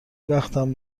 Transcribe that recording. وقتم